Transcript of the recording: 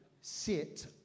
sit